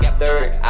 third